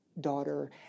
daughter